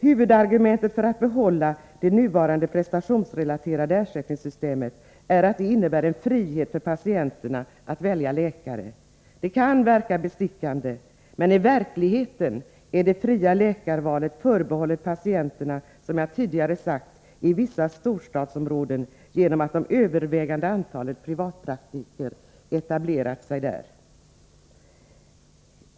Huvudargumentet för att behålla det nuvarande prestationsrelaterade ersättningssystemet är att det innebär en frihet för patienterna att välja läkare. Det kan synas bestickande, men i verkligheten är det fria läkarvalet, som jag tidigare sade, förbehållet patienterna i vissa storstadsområden, genom att det övervägande antalet privatpraktiker etablerat sig där.